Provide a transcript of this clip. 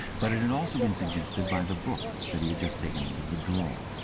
but it had also been suggested by the book that he had just taken out of the drawer.